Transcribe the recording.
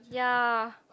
ya